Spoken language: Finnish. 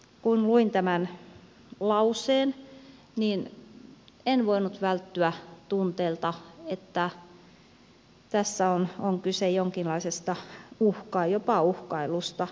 kun luin tämän lauseen en voinut välttyä tunteelta että tässä on kyse jopa jonkinlaisesta uhkailusta